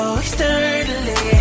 externally